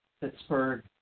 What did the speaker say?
Pittsburgh